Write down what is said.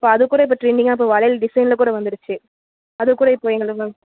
இப்போ அது கூட இப்போ ட்ரெண்டிங்காக இப்ப வளையல் டிசைனில் கூட வந்துருச்சு அது கூட இப்போது எங்களை மேம்